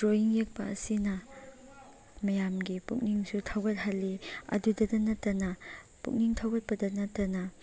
drawing ꯌꯦꯛꯄ ꯑꯁꯤꯅ ꯃꯌꯥꯝꯒꯤ ꯄꯨꯛꯅꯤꯡꯁꯨ ꯊꯧꯒꯠꯍꯜꯂꯤ ꯑꯗꯨꯗꯇ ꯅꯠꯇꯅ ꯄꯨꯛꯅꯤꯡ ꯊꯧꯒꯠꯄꯗ ꯅꯠꯇꯅ